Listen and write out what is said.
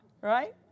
right